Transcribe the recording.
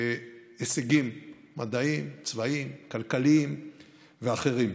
הישגים מדעיים, צבאיים, כלכליים ואחרים.